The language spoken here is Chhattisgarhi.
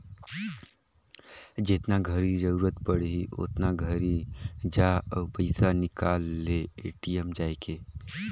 जेतना घरी जरूरत पड़ही ओतना घरी जा अउ पइसा निकाल ले ए.टी.एम जायके